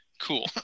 cool